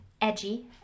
edgy